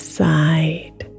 side